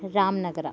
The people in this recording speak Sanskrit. राम्नगरम्